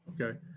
okay